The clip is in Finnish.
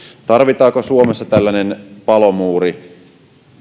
tarvitaanko suomessa tällainen palomuuri